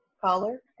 caller